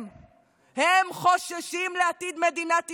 הם חוששים לעתיד מדינת ישראל.